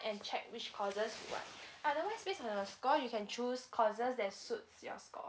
and check which courses you want other wise based on your score you can choose courses that suits your score